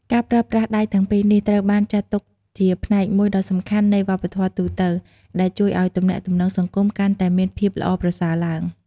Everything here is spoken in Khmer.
ការប្រើប្រាស់ដៃទាំងពីរនេះ ត្រូវបានចាត់ទុកជាផ្នែកមួយដ៏សំខាន់នៃវប្បធម៌ទូទៅ ដែលជួយឱ្យទំនាក់ទំនងសង្គមកាន់តែមានភាពល្អប្រសើរឡើង។